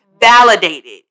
validated